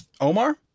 Omar